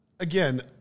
Again